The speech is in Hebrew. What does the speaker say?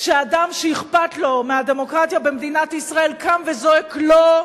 שאדם שאכפת לו מהדמוקרטיה במדינת ישראל קם וזועק: לא,